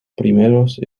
primeros